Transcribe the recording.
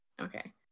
Okay